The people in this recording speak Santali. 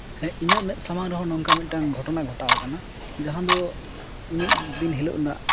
ᱦᱮᱸ ᱤᱧᱟᱹᱜ ᱢᱮᱫ ᱥᱟᱢᱟᱝ ᱨᱮᱦᱚᱸ ᱱᱚᱝᱠᱟ ᱢᱤᱫᱴᱟᱱ ᱜᱷᱚᱴᱚᱱᱟ ᱜᱷᱚᱴᱟᱣ ᱠᱟᱱᱟ ᱡᱟᱦᱟᱸ ᱫᱚ ᱢᱤᱫ ᱫᱤᱱ ᱦᱤᱞᱳᱜ ᱨᱮᱱᱟᱜ